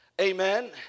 amen